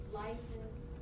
license